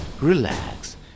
relax